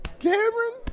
Cameron